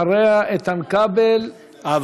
ואחריה, איתן כבל ואורן אסף חזן.